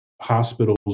hospitals